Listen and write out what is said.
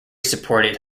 supported